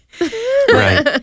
Right